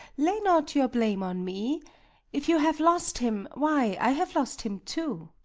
lay not your blame on me if you have lost him, why, i have lost him too.